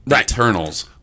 Eternals